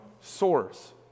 source